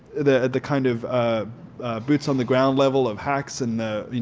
the the kind of boots on the ground level of hacks and the the